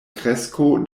kresko